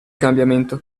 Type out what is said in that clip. cambiamento